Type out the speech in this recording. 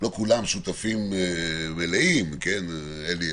לא כולם שותפים מלאים, אלי.